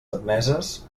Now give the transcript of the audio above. admeses